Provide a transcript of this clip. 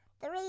three